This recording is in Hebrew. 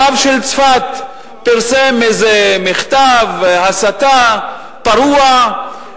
הרב של צפת פרסם איזה מכתב הסתה פרוע,